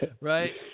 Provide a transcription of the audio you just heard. Right